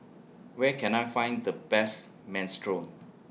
Where Can I Find The Best Minestrone